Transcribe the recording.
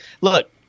look